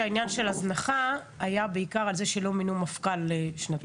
שהעניין של הזנחה היה בעיקר על זה שלא מינו מפכ"ל שנתיים.